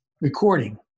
recording